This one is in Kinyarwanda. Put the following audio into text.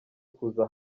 kuza